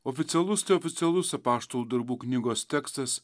oficialus tai oficialus apaštalų darbų knygos tekstas